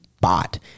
bot